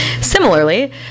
Similarly